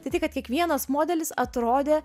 tai tai kad kiekvienas modelis atrodė